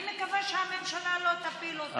אני מקווה שהממשלה לא תפיל אותה.